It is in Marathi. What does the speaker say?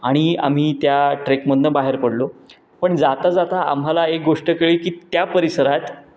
आणि आम्ही त्या ट्रेकमधनं बाहेर पडलो पण जाता जाता आम्हाला एक गोष्ट कळली की त्या परिसरात